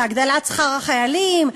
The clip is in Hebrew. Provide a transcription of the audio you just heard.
להגדלת שכר החיילים,